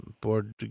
board